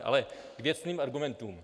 Ale k věcným argumentům.